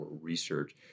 research